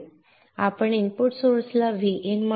आपण इनपुट सोर्सला Vin म्हणू